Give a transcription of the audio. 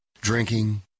Drinking